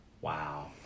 Wow